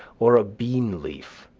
or a bean leaf,